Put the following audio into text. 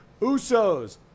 Usos